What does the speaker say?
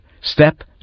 Step